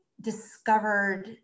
discovered